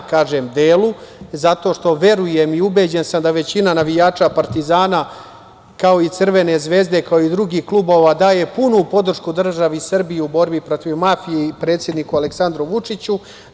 Kažem delu zato što verujem i ubeđen sam da većina navijača „Partizana“, kao i „Crvene zvezde“, kao i drugih klubova daje punu podršku državi Srbiji u borbi protiv mafije i predsedniku Aleksandru Vučiću.